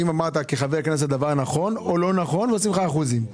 האם אמרת כחבר כנסת דבר נכון או לא נכון ועושים לך אחוזים.